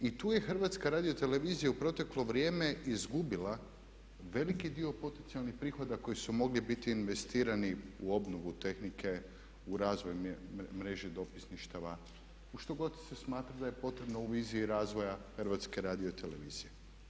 I tu je HRT u proteklo vrijeme izgubila veliki dio potencijalnih prihoda koji su mogli biti investirani u obnovu tehnike u razvoj mreže dopisništva, u što god se smatra da je potrebno u viziji razvoja HRT-a.